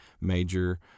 major